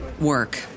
work